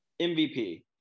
mvp